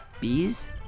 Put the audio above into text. Bees